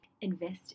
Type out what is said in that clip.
invest